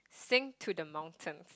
sing to the mountains